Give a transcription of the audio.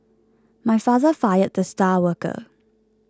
my father fired the star worker